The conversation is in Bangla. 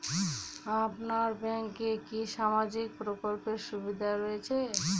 আপনার ব্যাংকে কি সামাজিক প্রকল্পের সুবিধা রয়েছে?